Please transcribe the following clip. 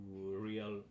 real